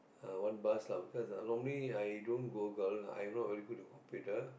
uh what bus lah because normally i don't Google I not very good with computer